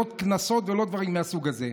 לא קנסות ולא דברים מהסוג הזה.